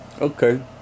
okay